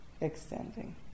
extending